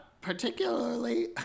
particularly